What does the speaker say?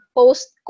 post